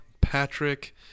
Patrick